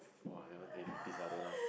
!wah! that one eh no please lah don't lah